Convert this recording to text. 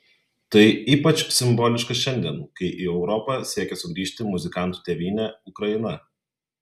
tai ypač simboliška šiandien kai į europą siekia sugrįžti muzikantų tėvynė ukraina